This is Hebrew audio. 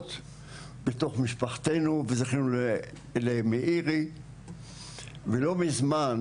משפחות בתוך משפחתנו וזכינו למאירי ולא מזמן,